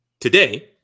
Today